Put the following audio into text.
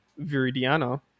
Viridiana